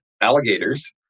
alligators